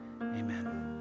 amen